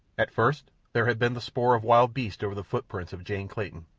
at first there had been the spoor of wild beasts over the footprints of jane clayton,